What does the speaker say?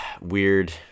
weird